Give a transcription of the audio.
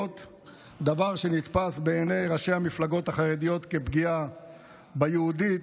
דבר שנתפס בעיני ראשי המפלגות החרדיות כפגיעה ב"יהודית",